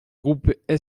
groupe